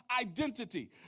identity